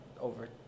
over